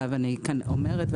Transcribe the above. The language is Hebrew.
אני כאן אומרת,